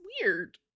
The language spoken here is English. weird